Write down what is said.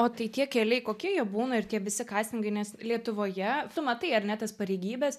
o tai tie keliai kokie jie būna ir tie visi kastingai nes lietuvoje su matai ar ne tas pareigybes